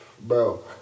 Bro